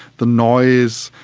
the noise,